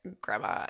grandma